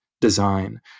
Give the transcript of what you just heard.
design